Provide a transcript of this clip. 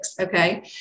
okay